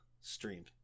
stream